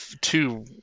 two